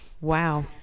wow